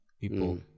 people